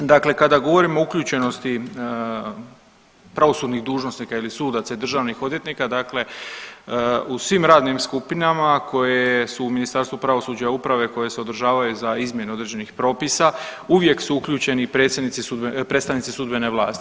Dakle, kada govorimo o uključenosti pravosudnih dužnosnika ili sudaca i državnih odvjetnika dakle u svim radnim skupinama koje su u Ministarstvu pravosuđa i uprave koje se održavaju za izmjene određenih propisa uvijek su uključeni predstavnici sudbene vlasti.